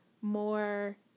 more